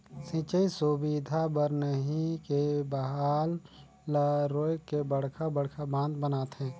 सिंचई सुबिधा बर नही के बहाल ल रोयक के बड़खा बड़खा बांध बनाथे